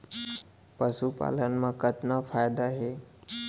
पशुपालन मा कतना फायदा हे?